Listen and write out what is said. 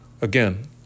Again